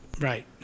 Right